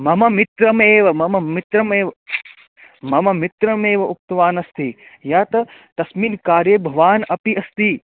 मम मित्रमेव मम मित्रमेव मम् मित्रमेव उक्तवानस्ति यत् तस्मिन् कार्ये भवान् अपि अस्ति